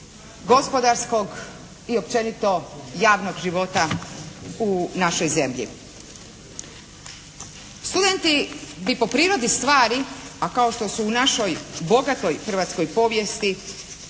gospodarskog i općenito javnog života u našoj zemlji. Studenti bi po prirodi stvari a kao što su u našoj bogatoj hrvatskoj povijesti